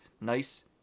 nice